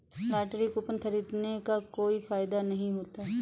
lottery coupon खरीदने का कोई फायदा नहीं होता है